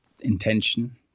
intention